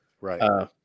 Right